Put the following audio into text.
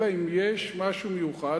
אלא אם יש משהו מיוחד.